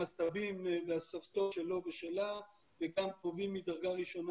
גם הסבים והסבתות שלו ושלה וגם קרובים מדרגה ראשונה